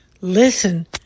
listen